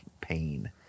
pain